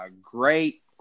great